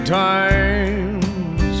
times